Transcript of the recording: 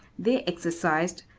they exercised,